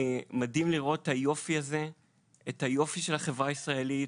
מדהים לראות את היופי הזה של החברה הישראלית.